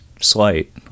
slight